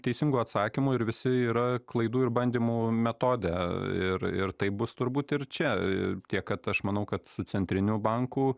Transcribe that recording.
teisingų atsakymų ir visi yra klaidų ir bandymų metode ir ir taip bus turbūt ir čia tiek kad aš manau kad su centriniu banku